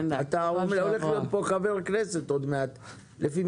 אתה הולך להיות חבר כנסת עוד מעט לפי